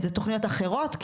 אלו תוכניות אחרות,